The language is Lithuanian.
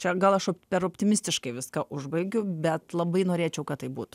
čia gal aš per optimistiškai viską užbaigiu bet labai norėčiau kad tai būtų